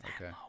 Okay